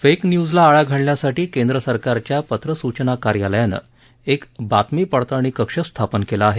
fake न्यूजला आळा घालण्यासाठी केंद्रसरकारच्या पत्रसूचना कार्यालयानं एक बातमी पडताळणी कक्ष स्थापन केला आहे